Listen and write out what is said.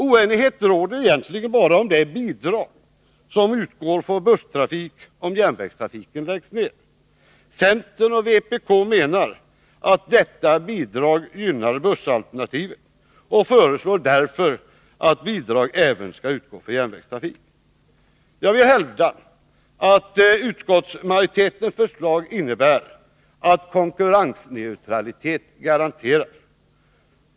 Oenighet råder egentligen bara om det bidrag som utgår för busstrafik om järnvägstrafiken läggs ned. Centern och vpk menar att detta bidrag gynnar bussalternativet och föreslår därför att bidrag även skall utgå för järnvägstrafik. Jag vill hävda att utskottsmajoritetens förslag innebär att konkurransneutralitet garanteras.